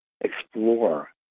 explore